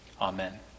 Amen